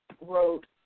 wrote